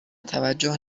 توجه